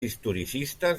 historicistes